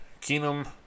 Keenum